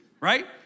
right